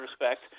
respect